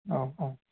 औ औ